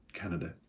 Canada